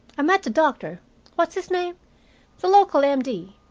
i met the doctor what's his name the local m d.